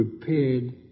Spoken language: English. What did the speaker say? prepared